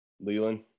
Leland